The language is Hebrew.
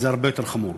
שזה הרבה יותר חמור.